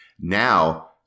Now